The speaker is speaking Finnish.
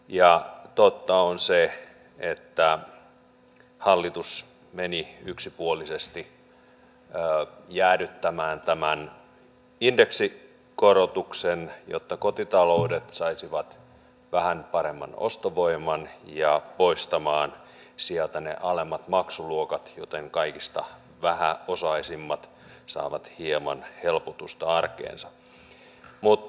ja totta on se että hallitus meni yksipuolisesti jäädyttämään tämän indeksikorotuksen jotta kotitaloudet saisivat vähän paremman ostovoiman ja poistamaan sieltä ne alemmat maksuluokat joten kaikista vähäosaisimmat saavat hieman helpotusta arkeensa